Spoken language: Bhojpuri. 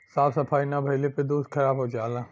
साफ सफाई ना भइले पे दूध खराब हो जाला